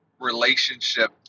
relationship